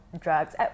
drugs